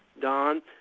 Don